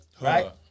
right